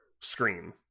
screen